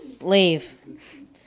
Leave